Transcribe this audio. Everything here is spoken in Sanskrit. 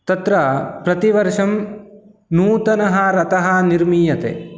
तत्र प्रतिवर्षं नूतनः रथः निर्मीयते